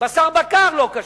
בשר בקר לא כשר,